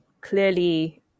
clearly